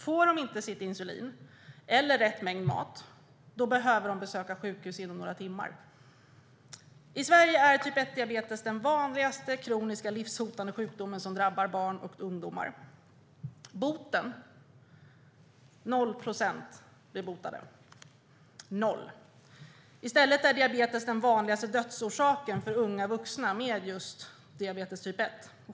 Om de inte får sitt insulin eller rätt mängd mat behöver de besöka sjukhus inom några timmar. I Sverige är typ 1-diabetes den vanligaste kroniska livshotande sjukdom som drabbar barn och ungdomar. 0 procent blir botade - 0. I stället är diabetes den vanligaste dödsorsaken för unga vuxna med diabetes typ 1.